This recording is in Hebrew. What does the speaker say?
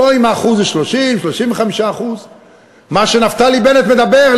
לא אם האחוז הוא 30% או 35%. מה שנפתלי בנט מדבר,